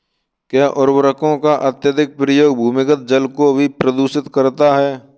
क्या उर्वरकों का अत्यधिक प्रयोग भूमिगत जल को भी प्रदूषित करता है?